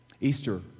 Easter